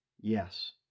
Yes